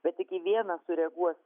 bet tik į vieną sureaguos